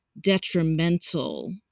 detrimental